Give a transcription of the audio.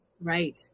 Right